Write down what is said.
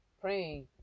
praying